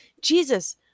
Jesus